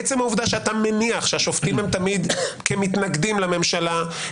עצם העובדה שאתה מניח שהשופטים הם תמיד כמתנגדים לממשלה,